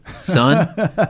son